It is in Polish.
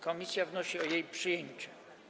Komisja wnosi o jej przyjęcie.